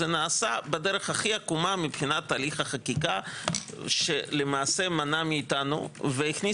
זה נעשה בדרך הכי עקומה מבחינת הליך החקיקה שמנעה למעשה מאתנו והכניס